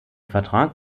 vertrag